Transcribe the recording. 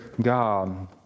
God